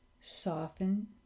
Soften